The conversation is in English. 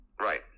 Right